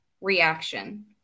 reaction